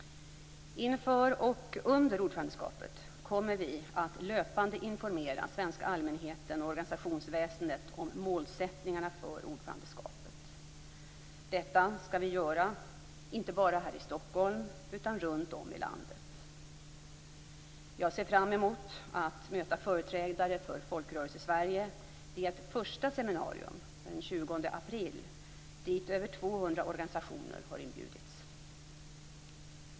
Inför och under ordförandeskapet kommer vi att löpande informera den svenska allmänheten och organisationsväsendet om målsättningarna för ordförandeskapet. Detta skall vi göra inte bara här i Stockholm utan runtom i landet. Jag ser fram emot att möta företrädare för Folkrörelsesverige vid ett första seminarium den 20 april dit över 200 organisationer har inbjudits.